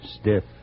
Stiff